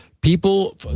people